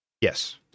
Yes